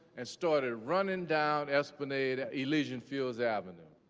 and started running down esplanadeo elysian fields avenue.